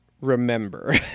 remember